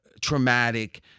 traumatic